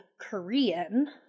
Korean